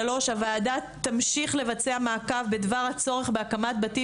3. הוועדה תמשיך לבצע מעקב בדבר הצורך בהקמת בתים